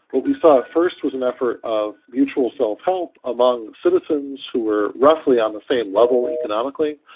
what we saw first was an effort of mutual self-help among citizens who were roughly on the same level economically.